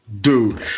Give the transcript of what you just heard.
Dude